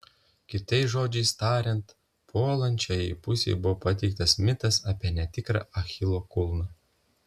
kitais žodžiais tariant puolančiajai pusei buvo pateiktas mitas apie netikrą achilo kulną